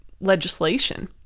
legislation